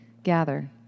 Gather